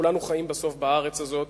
כולנו חיים בסוף בארץ הזאת,